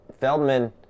Feldman